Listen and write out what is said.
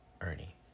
Ernie